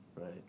Right